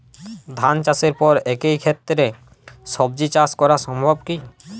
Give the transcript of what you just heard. ধান চাষের পর একই ক্ষেতে সবজি চাষ করা সম্ভব কি?